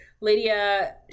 Lydia